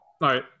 right